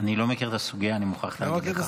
אני לא מכיר את הסוגיה, אני מוכרח להגיד לך.